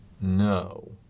No